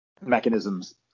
mechanisms